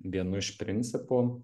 vienu iš principų